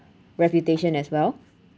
reputation as well